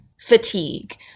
fatigue